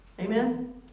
Amen